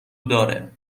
داره